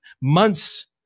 months